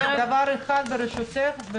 דבר אחד, ברשותך.